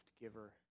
giver